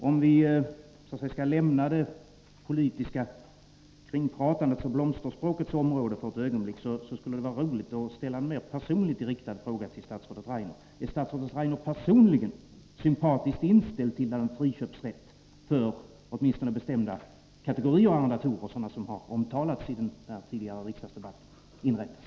Om vi skulle lämna det politiska kringpratandets och blomsterspråkets område ett ögonblick, skulle det vara roligt att ställa en mer personligt riktad fråga till statsrådet Rainer: Är statsrådet Rainer personligen positivt inställd till att en friköpsrätt för åtminstone bestämda kategorier av arrendatorer, sådana som har omtalats i den tidigare riksdagsdebatten, inrättas?